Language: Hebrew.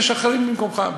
יש אחרים במקומך.